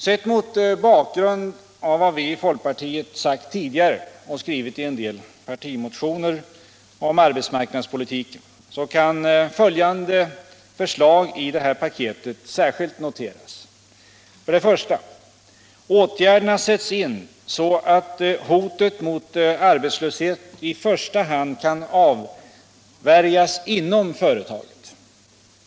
Sedda mot bakgrund av vad vi i folkpartiet sagt tidigare och även skrivit i en del motioner om arbetsmarknadspolitik kan följande förslag i det här paketet särskilt noteras: För det första: Åtgärderna sätts in så att hotet mot arbetslöshet i första hand kan avvärjas inom företagen.